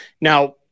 Now